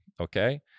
Okay